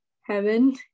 heaven